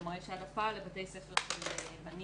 כלומר יש העדפה לבתי ספר לבנים.